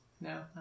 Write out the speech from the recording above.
No